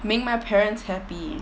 make my parents happy